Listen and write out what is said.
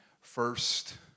first